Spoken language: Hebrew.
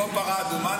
כמו פרה אדומה,